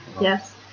Yes